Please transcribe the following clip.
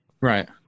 right